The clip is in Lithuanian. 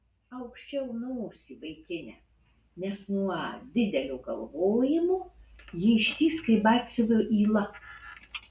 aukščiau nosį vaikine nes nuo didelio galvojimo ji ištįs kaip batsiuvio yla